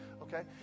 Okay